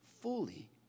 fully